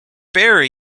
barre